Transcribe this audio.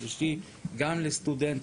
אני שולח תלמידים